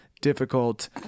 difficult